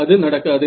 அது நடக்காது